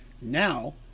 now